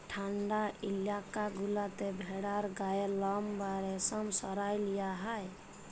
ঠাল্ডা ইলাকা গুলাতে ভেড়ার গায়ের লম বা রেশম সরাঁয় লিয়া হ্যয়